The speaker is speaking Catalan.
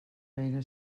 feina